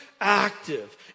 active